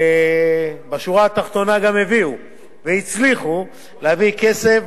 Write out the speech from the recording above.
ובשורה התחתונה גם הצליחו להביא כסף,